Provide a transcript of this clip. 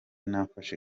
nafashe